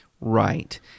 Right